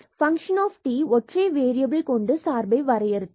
function of t ஒற்றை variable கொண்டு சார்பை வரையறுத்தோம்